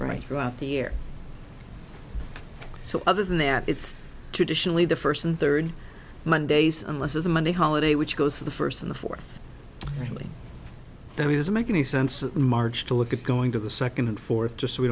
right throughout the year so other than that it's traditionally the first and third mondays unless there's a monday holiday which goes to the first on the fourth really there is a make any sense march to look at going to the second and fourth just so we